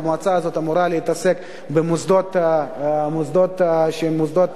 המועצה הזאת אמורה להתעסק במוסדות שהם מוסדות